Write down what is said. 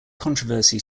controversy